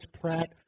Pratt